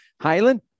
Highland